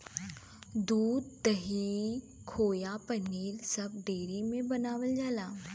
दूध, दही, खोवा पनीर सब डेयरी में बनावल जाला